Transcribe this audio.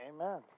amen